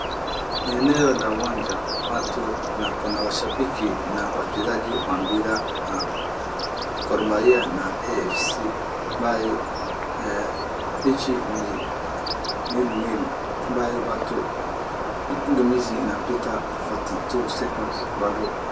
Eneo la uwanja, watu, na kuna mashabiki na wachezaji wa mpira wa Gor mahia na AFC ambaye mechi ni nil nil ambaye watu pingamizi inapita forty two seconds bado.